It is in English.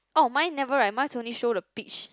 oh mine never eh mine only show the peach